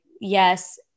yes